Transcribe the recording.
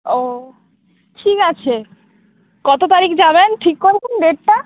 ওও ঠিক আছে কত তারিখ যাবেন ঠিক করেছেন ডেটটা